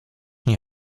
nie